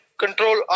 control